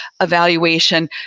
evaluation